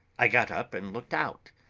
i got up and looked out,